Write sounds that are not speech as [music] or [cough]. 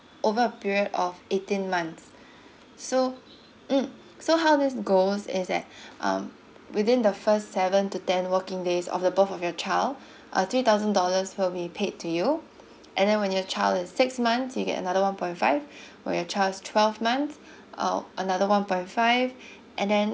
over a period of eighteen month so mm so how this goes is that [breath] um within the first seven to ten working days of the birth of your child [breath] uh three thousand dollars will be paid to you and then when your child is six months you get another one point five [breath] on your child's twelve month [breath] uh another one point five and then